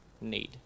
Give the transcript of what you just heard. need